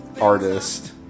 artist